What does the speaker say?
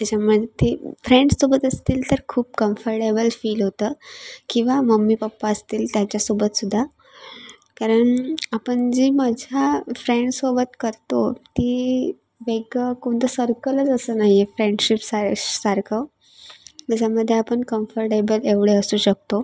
त्याच्यामधी फ्रेंड्स सोबत असतील तर खूप कम्फर्टेबल फील होतं किंवा मम्मी पपा असतील त्याच्यासोबतसुद्धा कारण आपण जी मजा फ्रेंड्ससोबत करतो ती वेगळं कोणतं सरकलच असं नाही आहे फ्रेंडशिप सा सारखं ज्याच्यामध्ये आपण कम्फर्टेबल एवढे असू शकतो